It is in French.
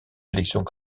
élections